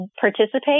participate